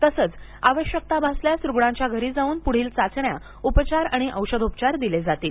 तसंच आवश्यकता भासल्यास रुग्णाच्या घरी जाऊन पुढील चाचण्या उपचार आणि औषधोपचार दिले जातील